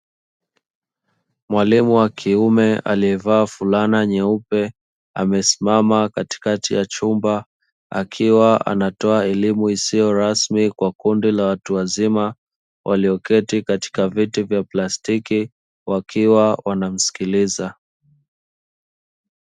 Mwalimu wa kiume aliyevaa fulana nyeupe amesimama katikati ya chumba, akiwa anatoa elimu isiyo rasmi kwa kundi la watu wazima walioketi katika viti vya plastiki wakiwa wanamsikiliza.